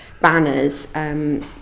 banners